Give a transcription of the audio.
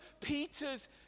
Peter's